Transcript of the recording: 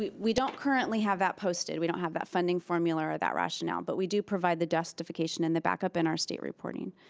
we we don't currently have that posted. we don't have that funding formula or that rationale, but we do provide the justification in the backup in our state reporting.